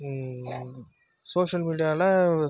social மீடியாவில்